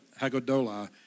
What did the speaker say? Hagodola